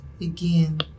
Again